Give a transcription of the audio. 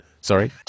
sorry